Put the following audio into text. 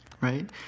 right